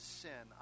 sin